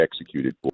executed